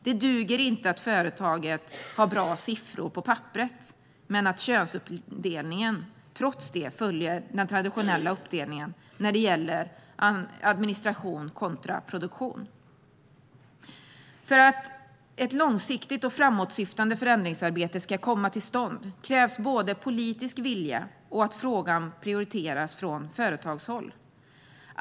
Det duger inte att företaget har bra siffror på papperet men att könsuppdelningen trots det följer den traditionella uppdelningen när det gäller administration kontra produktion. För att ett långsiktigt och framåtsyftande förändringsarbete ska komma till stånd krävs både politisk vilja och att frågan prioriteras från företagshåll.